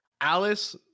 Alice